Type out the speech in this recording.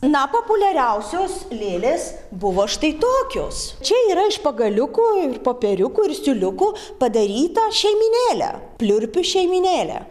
na populiariausios lėlės buvo štai tokios čia yra iš pagaliukų ir popieriukų ir siūliukų padarytą šeimynėlę pliurpių šeimynėlę